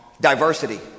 Diversity